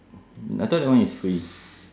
I thought that one is free